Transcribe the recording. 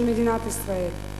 של מדינת ישראל.